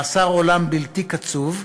מאסר עולם בלתי קצוב,